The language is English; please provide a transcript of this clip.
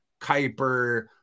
Kuyper